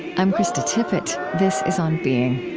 i'm krista tippett. this is on being